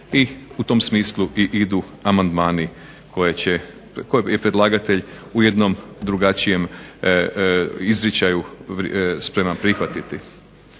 i u tom smislu idu amandmani koje je predlagatelj u jednom drugačijem izričaju spreman prihvatiti.